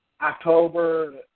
October